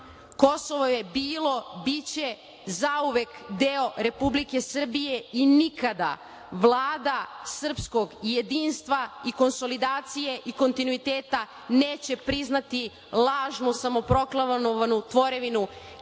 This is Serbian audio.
Kosovo je bilo i biće zauvek deo Republike Srbije i nikada Vlada srpskog jedinstva i konsolidacije i kontinuiteta neće priznati lažnu samoproklamovanu tvorevinu